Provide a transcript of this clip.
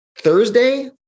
Thursday